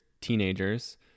teenagers